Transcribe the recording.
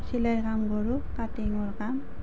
চিলাইৰ কাম কৰোঁ কাটিঙৰ কাম